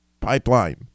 pipeline